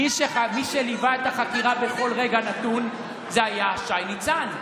מי שליווה את החקירה בכל רגע נתון זה היה שי ניצן.